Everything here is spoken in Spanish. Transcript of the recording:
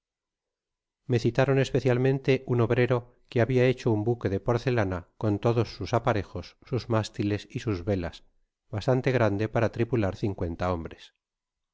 me citaron especial mente un obrero que habia hecho un buque de porcelana con todos sus aparejos sus mástiles y sus velas bastante grande para tripular cincuenta hombres